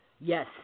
Yes